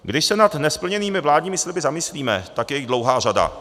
Když se nad nesplněnými vládními sliby zamyslíme, tak je jich dlouhá řada.